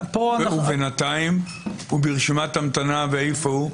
ובינתיים הוא ברשימת המתנה ואיפה הוא?